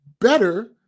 better